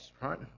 right